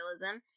realism